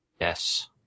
Yes